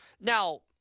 Now